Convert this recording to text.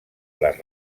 les